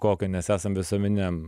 kokio nes esam visuomeniniam